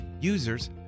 Users